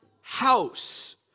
house